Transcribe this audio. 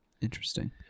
Interesting